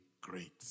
great